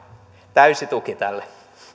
täysi tuki tälle